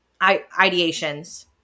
ideations